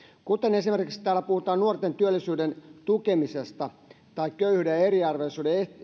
esimerkiksi kun täällä puhutaan nuorten työllisyyden tukemisesta tai köyhyyden ja eriarvoisuuden